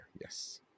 yes